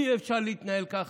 אי-אפשר להתנהל ככה.